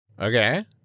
Okay